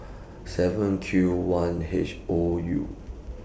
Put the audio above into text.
seven Q one H O U